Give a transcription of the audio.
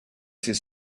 ses